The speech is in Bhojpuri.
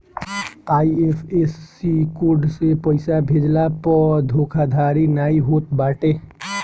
आई.एफ.एस.सी कोड से पइसा भेजला पअ धोखाधड़ी नाइ होत बाटे